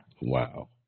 Wow